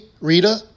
Rita